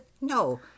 No